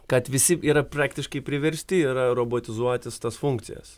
kad visi yra praktiškai priversti ir robotizuotis tas funkcijas